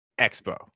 expo